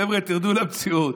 חבר'ה, תרדו למציאות.